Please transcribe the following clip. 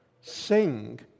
sing